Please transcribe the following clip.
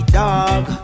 dog